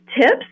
tips